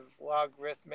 logarithmic